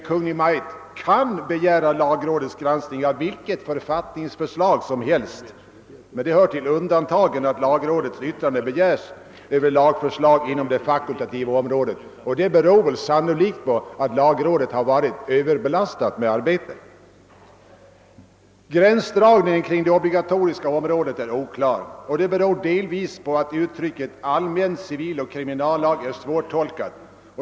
Kungl. Maj:t kan emellertid begära lagrådets granskning av vilket författningsförslag som helst, men det hör till undantagen att lagrådets yttrande begärs över lagförslag inom det fakultativa området. Detta beror sannolikt på att lagrådet har varit överbelastat med arbete. Gränsdragningen kring det obligatoriska området är oklar och detta beror delvis på att uttrycket »allmän civiloch kriminallag» är svårtolkat.